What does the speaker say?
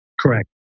Correct